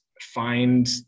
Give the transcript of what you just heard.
find